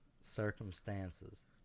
Circumstances